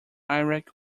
iraq